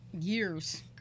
years